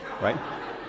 right